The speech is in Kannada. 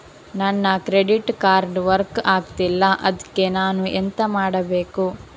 ನನ್ನ ಕ್ರೆಡಿಟ್ ಕಾರ್ಡ್ ವರ್ಕ್ ಆಗ್ತಿಲ್ಲ ಅದ್ಕೆ ನಾನು ಎಂತ ಮಾಡಬೇಕು?